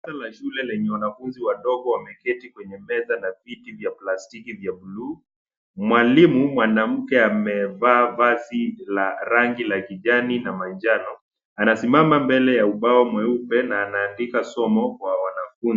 Darasa la shule lenye wanafunzi wadogo wameketi kwenye meza na viti vya pastiki vya blue . Mwalimu mwanamke amevaa vazi la rangi la kijani na manjano, anasimama mbele ya ubao mweupe, na anaandika somo, kwa wanafunzi.